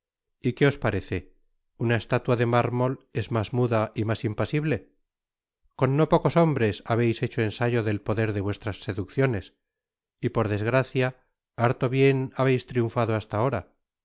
y qué os parece una estatua de mármoli es mas muda y mas impasible con no pocos hombres habéis hecho ensayo del poder de vuestras seducciones y por desgracia harto bien habeis triunfando hasta ahora